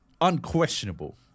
unquestionable